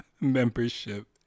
membership